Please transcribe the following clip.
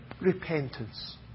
repentance